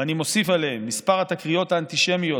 ואני מוסיף עליהם: מספר התקריות האנטישמיות,